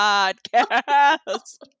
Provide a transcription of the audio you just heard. Podcast